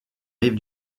rive